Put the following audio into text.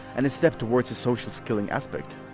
and a step towards the social skilling aspect.